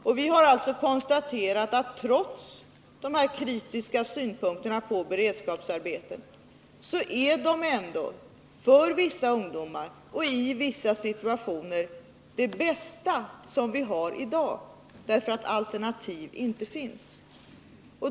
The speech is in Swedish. Och vi har alltså konstaterat att trots de här kritiska synpunkterna på beredskapsarbetena så är beredskapsarbetena, för vissa ungdomar och i vissa situationer, det bästa som vi har i dag, därför att alternativ inte finns.